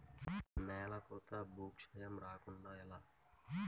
నేలకోత భూక్షయం రాకుండ ఎలా?